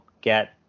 get